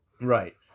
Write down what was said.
Right